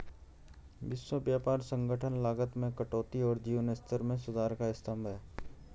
विश्व व्यापार संगठन लागत में कटौती और जीवन स्तर में सुधार का स्तंभ है